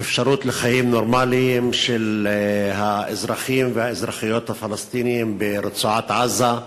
אפשרות של חיים נורמליים לאזרחים והאזרחיות הפלסטינים ברצועת-עזה.